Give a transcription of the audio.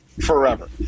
forever